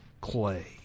Clay